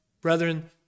brethren